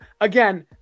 again